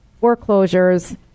foreclosures